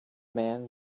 man